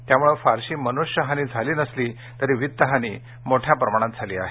त्यामुळे फारशी मनुष्य हानी झाली नसली तरी वित्त हानी मोठ्या प्रमाणात झाली आहे